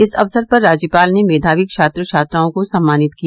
इस अवसर पर राज्यपाल ने मेधावी छात्र छात्राओं को सम्मानित किया